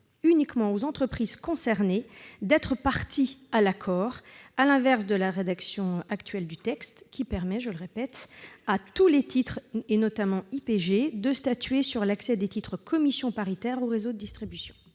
uniquement aux entreprises concernées d'être parties à l'accord, à l'inverse de la rédaction actuelle du texte, qui, je le répète, permet à tous les titres, notamment IPG, de statuer sur l'accès à des titres « commission paritaire » au réseau de distribution.